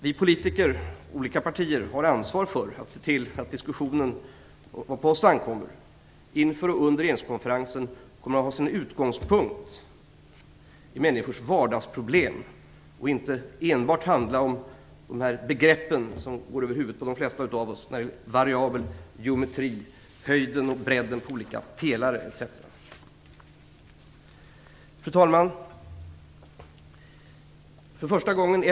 Vi politiker i olika partier har ansvar för att se till att diskussionen, i vad på oss ankommer, inför och under regeringskonferensen har sin utgångspunkt i människors vardagsproblem, och inte enbart handlar om de begrepp som går över huvudet på de flesta av oss, dvs. variabel geometri, höjden och bredden på olika pelare etc. Herr talman!